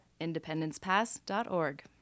IndependencePass.org